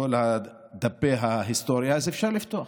כל דפי ההיסטוריה אז אפשר לפתוח,